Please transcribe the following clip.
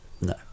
No